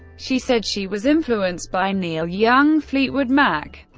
she said she was influenced by neil young, fleetwood mac,